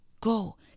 go